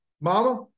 Mama